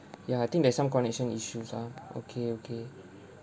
ya I think there's some connection issues ah okay okay